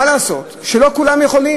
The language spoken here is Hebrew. מה לעשות שלא כולם יכולים,